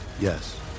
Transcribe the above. Yes